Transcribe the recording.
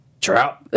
Trout